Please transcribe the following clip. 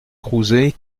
crouzet